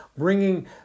bringing